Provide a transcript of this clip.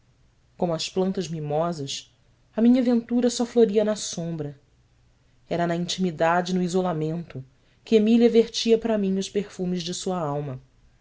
como as plantas mimosas a minha ventura só floria na sombra era na intimidade e no isolamento que emília vertia para mim os perfumes de sua alma